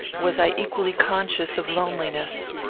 was i equally conscious of loneliness.